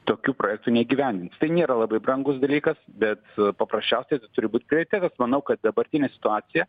tokių projektų neįgyvendins tai nėra labai brangus dalykas bet paprasčiausia turi būt prioritetas manau kad dabartinė situacija